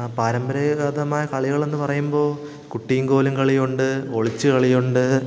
ആ പരമ്പരാഗതമായ കളികളെന്ന് പറയുമ്പോൾ കുട്ടിയും കോലും കളിയുണ്ട് ഒളിച്ചു കളിയുണ്ട്